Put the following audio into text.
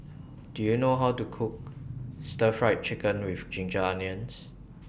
Do YOU know How to Cook Stir Fried Chicken with Ginger Onions